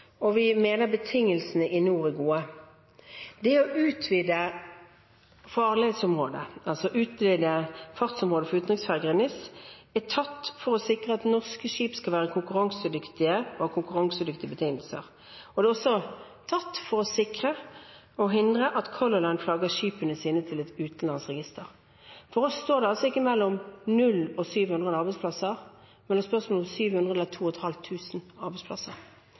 og vi mener betingelsene i NOR er gode. Det å utvide farledsområdet, altså utvide fartsområdet for utenriksferger i NIS, ble gjort for å sikre at norske skip skal være konkurransedyktige og ha konkurransedyktige betingelser. Det er også gjort for å hindre at Color Line flagger skipene sine til et utenlandsk register. For oss står det altså ikke mellom 0 og 700 arbeidsplasser, men det er et spørsmål om 700 eller 2 500 arbeidsplasser.